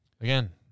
Again